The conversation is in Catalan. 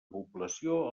població